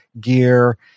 gear